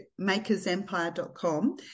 makersempire.com